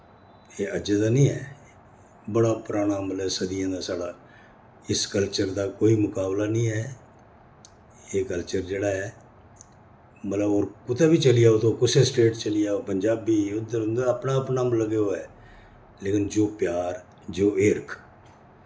एह् अज्जै दा नेईं ऐ बड़ा पराना मतलब सदियें दा साढ़ा इस कल्चर दा कोई मुकाबला नीं ऐ एह् कल्चर जेह्ड़ा ऐ मतलब होर कुतै बी चली जाओ तुस कुसै स्टेट च चली जाओ पंजाबी उद्धर उंदा अपना अपना मतलब कि ओ ऐ लेकिन जो प्यार जो हिरख